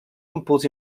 impuls